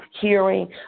hearing